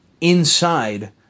inside